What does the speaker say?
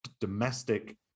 domestic